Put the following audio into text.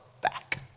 back